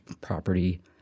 property